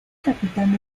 capitán